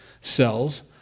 cells